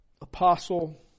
apostle